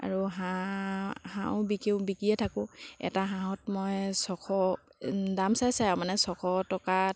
আৰু হাঁহ হাঁহো বিকিও বিকিয়ে থাকোঁ এটা হাঁহত মই ছশ দাম চাই চাই আৰু মানে ছশ টকাত